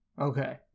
okay